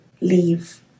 leave